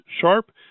sharp